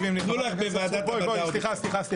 לדיון בוועדה.